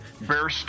Bear